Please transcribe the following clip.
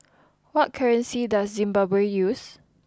what currency does Zimbabwe use